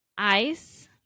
Ice